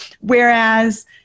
Whereas